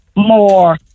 more